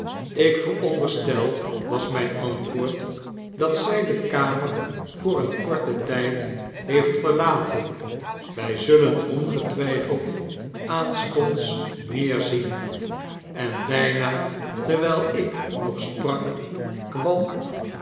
ik vooronderstel was mijn antwoord n dat zij de kamer voor een korten tijd heeft verlaten wij zullen ongetwijfeld aanstonds meer zien en bijna terwijl ik nog sprak kwam